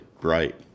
bright